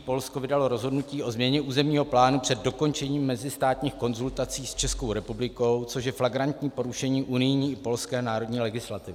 Polsko vydalo rozhodnutí o změně územního plánu před dokončením mezistátních konzultací s Českou republikou, což je flagrantní porušení unijní i polské národní legislativy.